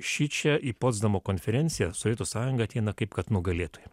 šičia į potsdamo konferenciją sovietų sąjunga ateina kaip kad nugalėtoja